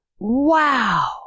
wow